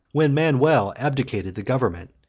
when manuel abdicated the government,